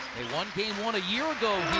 won game one a year ago